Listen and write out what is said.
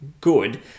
good